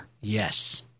Yes